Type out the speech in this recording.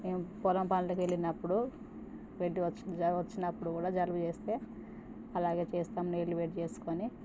మేము పొలం పనులకు వెళ్ళినపుడు వెళ్ళి వచ్చి వచ్చినపుడు కూడా జలుబు చేస్తే అలాగే చేస్తాము నీళ్ళు వేడి చేసుకొని